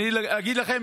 אני אגיד לכם,